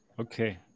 Okay